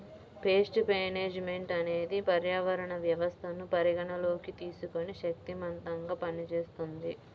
paste management అనేది పర్యావరణ వ్యవస్థను పరిగణలోకి తీసుకొని శక్తిమంతంగా పనిచేస్తుంది